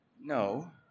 No